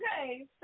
Okay